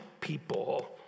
people